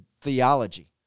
theology